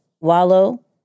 Wallow